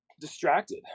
distracted